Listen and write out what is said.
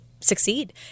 succeed